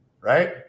right